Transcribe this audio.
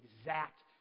exact